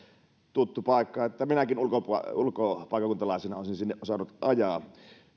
tuttu paikka että minäkin ulkopaikkakuntalaisena olisin sinne osannut ajaa